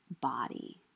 body